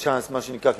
מה שנקרא לתת צ'אנס,